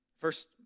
First